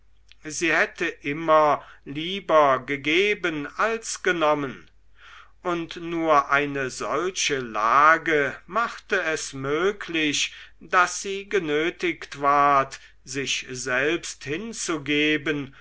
sie hätte immer lieber gegeben als genommen und nur eine solche lage machte es möglich daß sie genötigt ward sich selbst hinzugeben